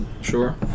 Sure